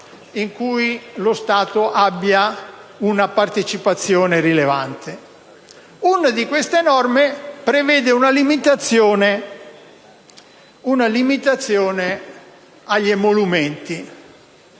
in cui lo Stato abbia una partecipazione rilevante. Una di queste norme prevede una limitazione degli emolumenti.